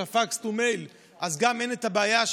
נקרא לזה,